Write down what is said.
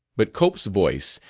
but cope's voice,